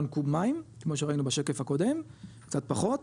קוב מים כמו שראינו בשקף הקודם קצת פחות,